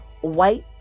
white